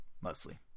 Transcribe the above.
mostly